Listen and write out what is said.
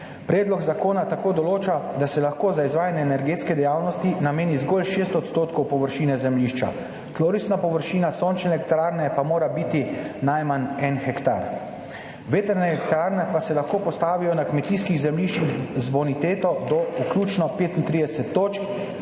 Predlog zakona tako določa, da se lahko za izvajanje energetske dejavnosti nameni zgolj 6 % površine zemljišča, tlorisna površina sončne elektrarne pa mora biti najmanj en hektar. Vetrne elektrarne pa se lahko postavijo na kmetijskih zemljiščih z boniteto do vključno 35 točk